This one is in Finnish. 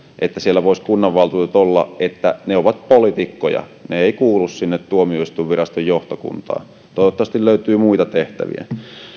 että siellä voisivat kunnanvaltuutetut olla että he ovat poliitikkoja he eivät kuulu sinne tuomioistuinviraston johtokuntaan toivottavasti löytyy muita tehtäviä